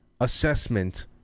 assessment